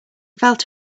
felt